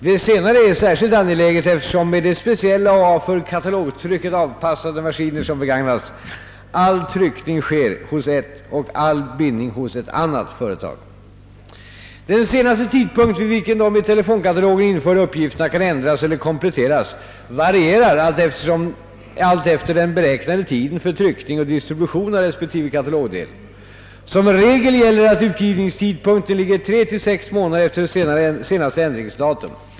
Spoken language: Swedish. Det senare är särskilt angeläget, eftersom — med de speciella och för katalogtrycket avpassade maskiner som begagnas — all tryckning sker hos ett och all bindning hos ett annat företag. Den senaste tidpunkt vid vilken de i telefonkatalogen införda uppgifterna kan ändras eller kompletteras varierar alltefter den beräknade tiden för tryckning och distribution av resp. katalogdel. Som regel gäller att utgivningstidpunkten ligger 3—6 månader efter senaste ändringsdatum.